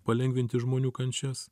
palengvinti žmonių kančias